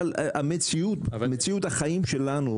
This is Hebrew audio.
אבל מציאות החיים שלנו